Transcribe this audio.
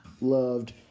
loved